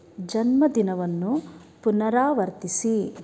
ಜನ್ಮದಿನವನ್ನು ಪುನರಾವರ್ತಿಸಿ